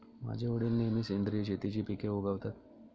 माझे वडील नेहमी सेंद्रिय शेतीची पिके उगवतात